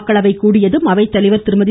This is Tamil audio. மக்களவை கூடியதும் அவைத்தலைவர் திருமதி